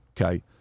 okay